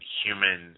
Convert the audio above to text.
human